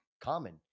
common